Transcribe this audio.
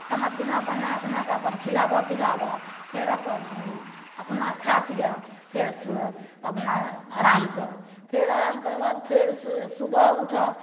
खाना पिना बनै सोनैके अपन खिलाबऽ पिलाबऽ फेर अपन अपना खा पिअऽ फेर सु अपना आराम करऽ फेर आराम करैके बाद फेर सु सुबह उठऽ